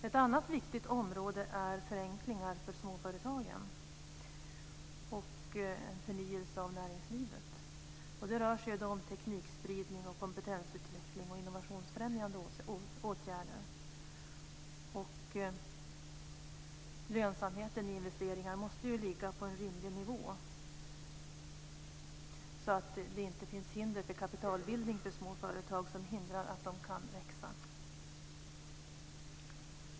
Ett annat viktigt område är förenklingar för småföretagen och förnyelse av näringslivet. Det rör sig då om teknikspridning, kompetensutveckling och innovationsfrämjande åtgärder. Lönsamheten i investeringar måste ligga på en rimlig nivå så att det inte finns hinder mot kapitalbildning för små företag som motverkar att de kan växa.